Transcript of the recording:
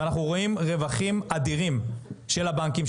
ונחנו רואים רווחים אדירים של הבנקים,